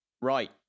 Right